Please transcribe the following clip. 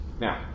now